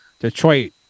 Detroit